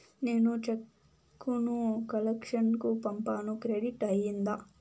నేను చెక్కు ను కలెక్షన్ కు పంపాను క్రెడిట్ అయ్యిందా